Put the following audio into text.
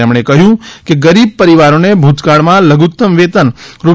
તેમણે કહ્યું કે ગરીબ પરિવારોને ભૂતકાળમાં લધુતમ વેતન રૂ